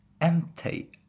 empty